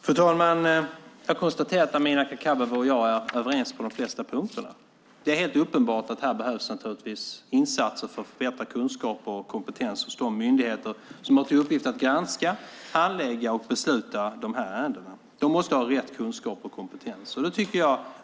Fru talman! Jag konstaterar att Amineh Kakabaveh och jag är överens på de flesta punkterna. Det är helt uppenbart att här behövs insatser för att förbättra kunskaper och kompetens hos de myndigheter som har till uppgift att granska, handlägga och besluta i dessa ärenden. De måste ha rätt kunskaper och kompetens.